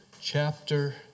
chapter